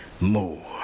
more